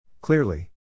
Clearly